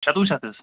شَتوُہ شیٚتھ حظ